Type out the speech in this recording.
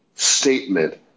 statement